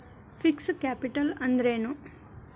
Fixed capital ಅಂದ್ರೇನು?